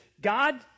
God